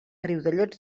riudellots